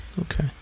okay